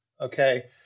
okay